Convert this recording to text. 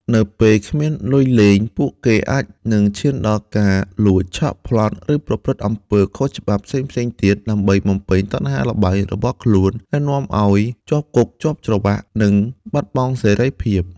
នៅពេលគ្មានលុយលេង ពួកគេអាចនឹងឈានដល់ការលួច ឆក់ ប្លន់ ឬប្រព្រឹត្តអំពើខុសច្បាប់ផ្សេងៗទៀត ដើម្បីបំពេញតណ្ហាល្បែងរបស់ខ្លួន ដែលនាំឲ្យជាប់គុកជាប់ច្រវាក់ និងបាត់បង់សេរីភាព។